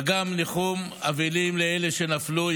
וגם ניחום אבלים לאלה שנפלו,